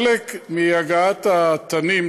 חלק מהגעת התנים,